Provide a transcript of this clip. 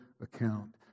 account